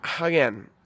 again